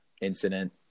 incident